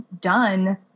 done